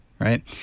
right